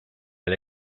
del